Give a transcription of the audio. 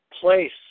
place